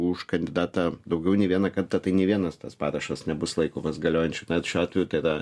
už kandidatą daugiau nei vieną kartą tai nei vienas tas parašas nebus laikomas galiojančiu na šiuo atveju tai yra